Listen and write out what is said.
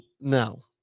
no